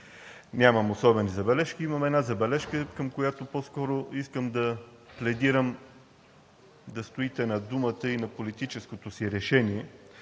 Нямам особени забележки. Имам една забележка, към която по-скоро искам да пледирам – да стоите на думата и на политическото си решение,